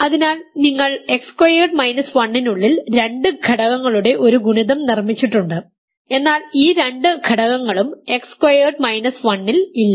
അതിനാൽ നിങ്ങൾ x squared minus 1 നുള്ളിൽ രണ്ട് ഘടകങ്ങളുടെ ഒരു ഗുണിതം നിർമ്മിച്ചിട്ടുണ്ട് എന്നാൽ ഈ രണ്ട് ഘടകങ്ങളും എക്സ് സ്ക്വയർ മൈനസ് 1 ൽ ഇല്ല